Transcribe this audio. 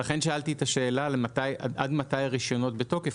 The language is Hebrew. לכן שאלתי עד מתי הרישיונות בתוקף,